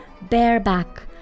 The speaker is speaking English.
bareback